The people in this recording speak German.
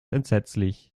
entsetzlich